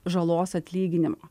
žalos atlyginimo